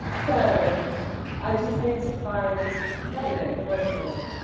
so i just need to find there we go. voice memos.